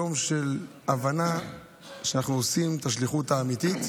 יום של הבנה שאנחנו עושים את השליחות האמיתית